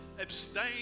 abstain